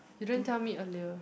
you don't tell me earlier